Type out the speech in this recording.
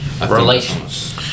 Relations